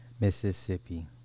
Mississippi